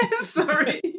sorry